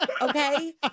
okay